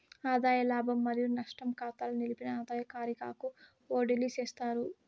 ఆదాయ లాభం మరియు నష్టం కాతాల నిలిపిన ఆదాయ కారిగాకు ఓడిలీ చేస్తారు